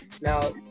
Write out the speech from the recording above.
now